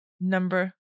Number